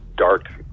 dark